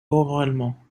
oralement